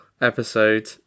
episode